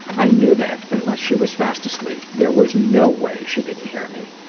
i knew that unless she was fast asleep, there was no way she didn't hear me.